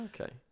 okay